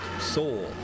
soul